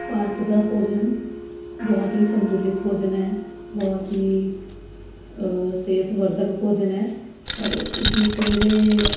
ਭਾਰਤ ਦਾ ਭੋਜਨ ਬਹੁਤ ਹੀ ਸੰਤੁਲਿਤ ਭੋਜਨ ਹੈ ਬਹੁਤ ਹੀ ਸਿਹਤ ਵਰਧਕ ਭੋਜਨ ਹੈ ਔਰ ਇਸ ਵਿੱਚ ਜਿਹੜੇ